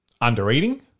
under-eating